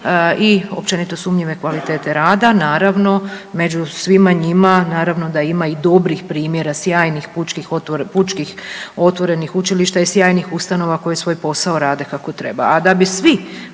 i općenito sumnjive kvalitete rada. Naravno među svima njima naravno da ima i dobrih primjera sjajnih pučkih otvorenih učilišta i sjajnih ustanova koje svoj posao rade kako treba.